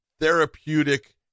therapeutic